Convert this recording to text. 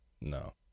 No